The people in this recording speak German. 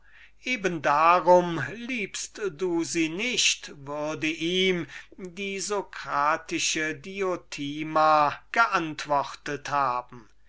eben darum liebt ihr sie nicht würde ihm die sokratische diotima geantwortet haben